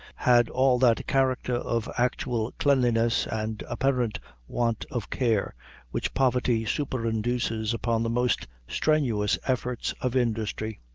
had all that character of actual cleanliness and apparent want of care which poverty superinduces upon the most strenuous efforts of industry.